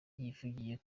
yivugiye